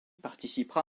participera